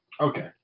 Okay